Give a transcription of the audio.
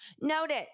Notice